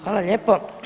Hvala lijepo.